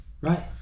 right